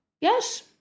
yes